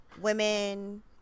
Women